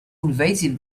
invasive